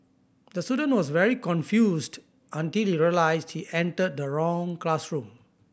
the student was very confused until he realised he entered the wrong classroom